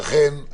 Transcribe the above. לכן,